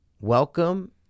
Welcome